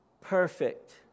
perfect